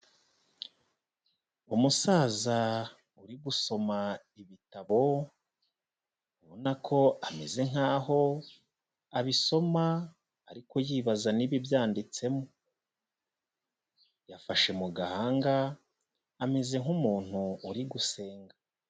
Umusaza uri gusoma ibitabo, ubona ko ameze nkaho abisoma ariko yibaza n'ibibyanditsemo, yafashe mu gahanga ameze nk'umuntu uri gusenga.